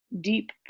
deep